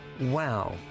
wow